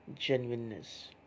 Genuineness